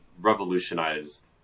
Revolutionized